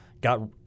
Got